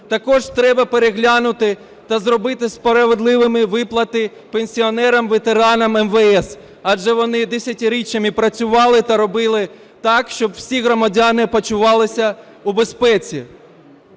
Також треба переглянути та зробити справедливими виплати пенсіонерам, ветеранам МВС, адже вони десятиріччями працювали та робили так, щоб всі громадяни почувалися у безпеці.